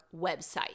website